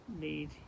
need